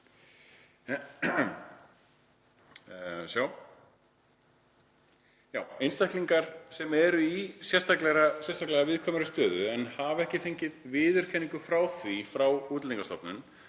Einstaklingar sem eru í sérstaklega viðkvæmri stöðu en hafa ekki fengið viðurkenningu á því frá Útlendingastofnun